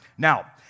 Now